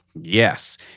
yes